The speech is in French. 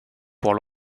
pour